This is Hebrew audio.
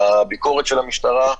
הביקורת של המשטרה,